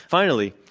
finally,